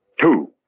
two